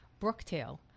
Brooktail